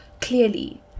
clearly